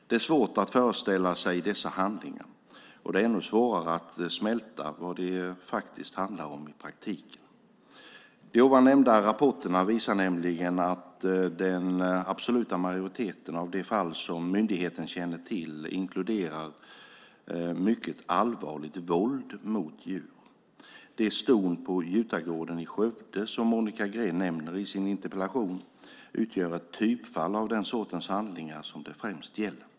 Det är svårt att föreställa sig dessa handlingar, och det är ännu svårare att smälta vad de faktiskt handlar om i praktiken. De ovan nämnda rapporterna visar nämligen att den absoluta majoriteten av de fall som myndigheten känner till inkluderar ett mycket allvarligt våld mot djuren. De ston på Jutagården i Skövde som Monica Green nämner i sin interpellation utgör ett typfall av den sortens handlingar som det främst gäller.